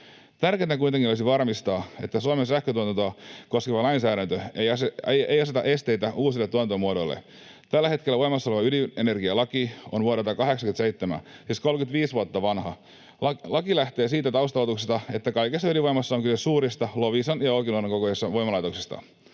Tärkeintä kuitenkin olisi varmistaa, että Suomen sähköntuotantoa koskeva lainsäädäntö ei aseta esteitä uusille tuotantomuodoille. Tällä hetkellä voimassa oleva ydinenergialaki on vuodelta 87, siis 35 vuotta vanha. Laki lähtee siitä taustaoletuksesta, että kaikessa ydinvoimassa on kyse suurista, Loviisan ja Olkiluodon kokoisista voimalaitoksista.